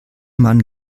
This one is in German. man